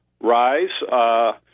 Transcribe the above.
rise